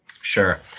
Sure